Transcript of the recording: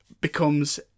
becomes